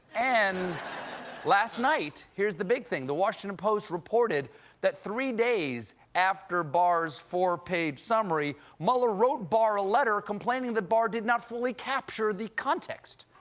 and last night here's the big thing the washington post reported three days after barr's four-page summary, mueller wrote barr a letter complaining that barr did not fully capture the context,